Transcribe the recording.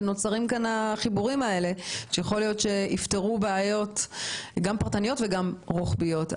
ונוצרים כאן החיבורים האלה שיכולים לפתור בעיות פרטניות ורוחביות.